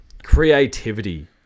creativity